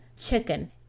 chicken